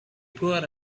poor